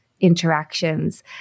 interactions